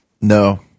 No